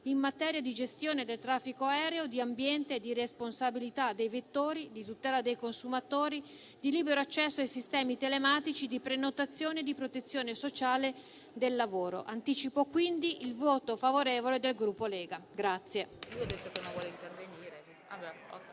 in materia di gestione del traffico aereo, di ambiente e di responsabilità dei vettori, di tutela dei consumatori, di libero accesso ai sistemi telematici, di prenotazione e di protezione sociale del lavoro. Anticipo quindi il voto favorevole del Gruppo Lega.